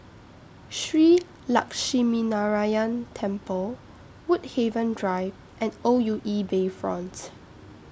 Shree Lakshminarayanan Temple Woodhaven Drive and O U E Bayfronts